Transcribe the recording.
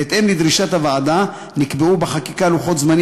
בהתאם לדרישת הוועדה נקבעו בחקיקה לוחות זמנים